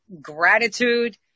gratitude